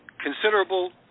considerable